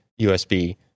USB